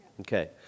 Okay